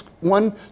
one